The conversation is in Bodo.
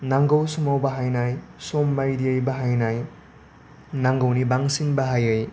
नांगौ समाव बाहायनाय सम बायदियै बाहायनाय नांगौनि बांसिन बाहायै